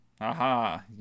aha